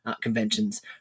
conventions